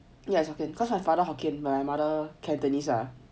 yes you can cause my father hokkien my mother cantonese ah